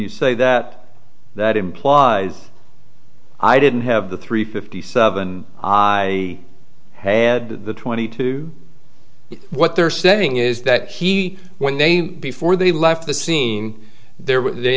you say that that implies i didn't have the three fifty seven i had the twenty two what they're saying is that he when they before they left the scene there